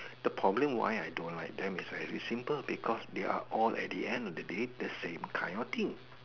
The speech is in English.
the problem why I don't like them is very simple because they are all at the end of the day the same kind of thing